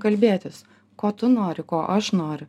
kalbėtis ko tu nori ko aš noriu